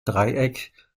dreieck